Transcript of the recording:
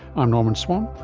i'm norman swan,